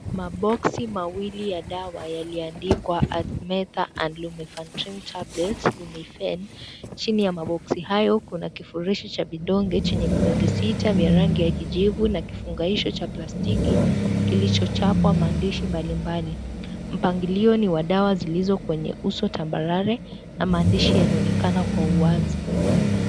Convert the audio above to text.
Maboksi mawili ya dawa yaliyoandikwa 'Artemether and Lumefantrine Tablets' 'Lumefen'; chini ya maboksi hayo kuna kifurushi cha vidonge chenye vidonge sita vya rangi ya kijivu na kifungashio cha plastiki kilichochapwa maandishi mbalimbali. Mpangilio ni wa dawa zilizo kwenye uso tambarare na maandishi yanaonekana kwa uwazi.